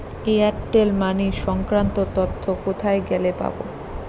Airtel money সংক্রান্ত তথ্য কোথায় গেলে পাব?